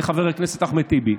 לחבר הכנסת אחמד טיבי.